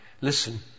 Listen